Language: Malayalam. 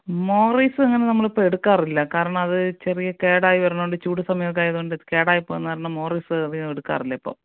മോറീസങ്ങനെ നമ്മളിപ്പോൾ എടുക്കാറില്ല കാരണമത് ചെറിയ കേടായി വരണോണ്ട് ചൂട് സമയമൊക്കെ ആയതുകൊണ്ട് കേടായി പോകുന്ന കാരണം മോറീസ് അധികം എടുക്കാറില്ല ഇപ്പം